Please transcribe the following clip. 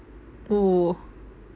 !whoa!